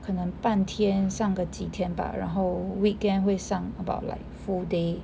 可能半天上个几天吧然后 weekend 会上 about like full day